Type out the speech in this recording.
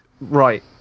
Right